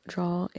draw